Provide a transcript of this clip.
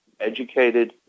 educated